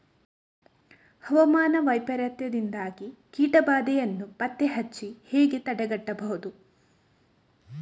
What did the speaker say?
ಹವಾಮಾನ ವೈಪರೀತ್ಯದಿಂದಾಗಿ ಕೀಟ ಬಾಧೆಯನ್ನು ಪತ್ತೆ ಹಚ್ಚಿ ಹೇಗೆ ತಡೆಗಟ್ಟಬಹುದು?